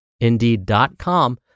Indeed.com